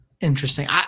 Interesting